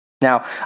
Now